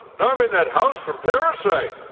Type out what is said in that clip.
now i'm in that house from parasite.